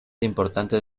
importantes